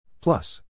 Plus